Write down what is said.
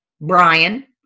Brian